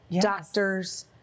doctors